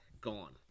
gone